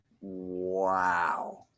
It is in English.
Wow